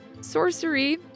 Sorcery